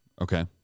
okay